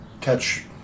catch